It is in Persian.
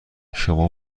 شما